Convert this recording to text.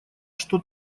что